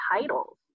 titles